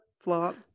flop